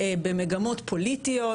במגמות פוליטיות,